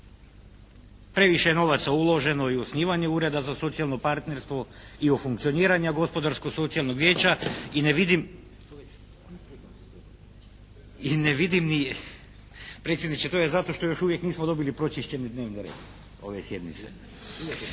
Previše je novaca uloženo i u osnivanje Ureda za socijalno partnerstvo i u funkcioniranje Gospodarsko-socijalnog vijeća i ne vidim ni, predsjedniče to je zato što još uvijek nismo dobili pročišćeni dnevni red ove sjednice,